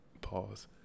Pause